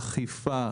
אכיפה,